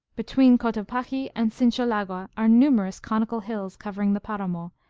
between cotopaxi and sincholagua are numerous conical hills covering the paramo,